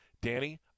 Danny